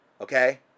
okay